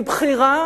היא בחירה